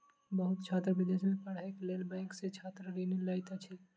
बहुत छात्र विदेश में पढ़ैक लेल बैंक सॅ छात्र ऋण लैत अछि